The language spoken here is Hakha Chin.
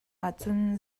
ahcun